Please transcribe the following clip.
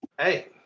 hey